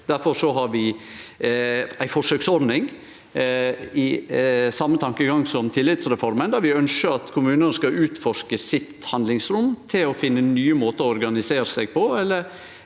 Difor har vi ei forsøksordning i same tankegang som tillitsreforma. Vi ønskjer at kommunane skal utforske sitt handlingsrom til å finne nye måtar å organisere seg på,